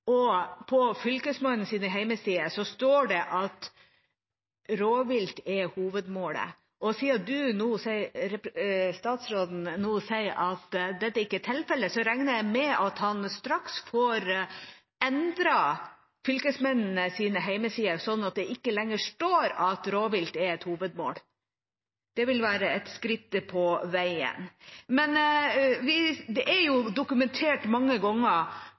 hovedmålet. Og siden statsråden nå sier at dette ikke er tilfellet, regner jeg med at han straks får endret fylkesmennenes hjemmesider, sånn at det ikke lenger står at rovvilt er et hovedmål. Det ville være et skritt på veien. Det er dokumentert mange ganger